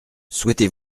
souhaitez